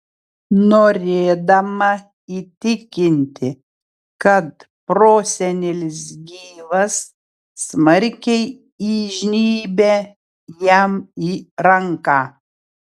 norėdama įtikinti kad prosenelis gyvas smarkiai įžnybia jam į ranką